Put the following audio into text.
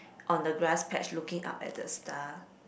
on the grass patch looking up at the star